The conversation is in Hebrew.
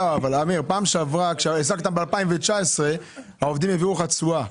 אבל כשהעסקת ב-2019 העובדים הביאו לך תשואה.